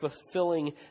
fulfilling